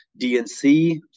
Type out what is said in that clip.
DNC